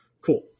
Cool